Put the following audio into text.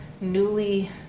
newly